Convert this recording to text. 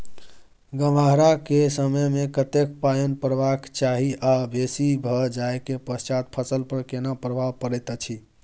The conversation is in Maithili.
गम्हरा के समय मे कतेक पायन परबाक चाही आ बेसी भ जाय के पश्चात फसल पर केना प्रभाव परैत अछि?